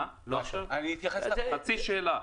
חצי שאלה.